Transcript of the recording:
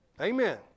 Amen